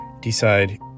decide